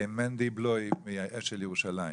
מנדי בלויא מאשל ירושלים.